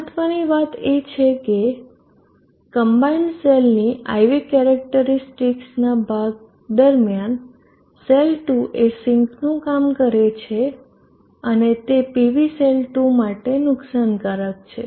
મહત્વની વાત એ છે કે કમ્બાઈન્ડ સેલની IV કેરેક્ટરીસ્ટિકસના ભાગ દરમિયાન સેલ 2 એ સિંકનું કામ કરે છે અને તે PV સેલ 2 માટે નુકસાનકારક છે